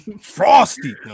frosty